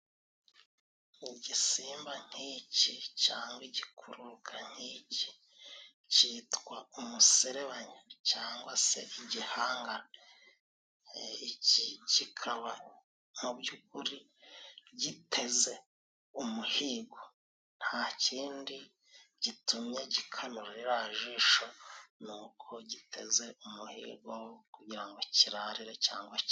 Igisimba nk'iki cyangwa igikururuka nk'iki cyitwa umuserebanya cyangwa se igihangane. Iki kikaba mu by'ukuri giteze umuhigo. Nta kindi gitumye gikanura ririya jisho ni uko giteze umuhigo kugira ngo kirarire cyangwa kirye.